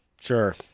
Sure